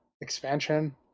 expansion